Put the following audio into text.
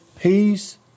peace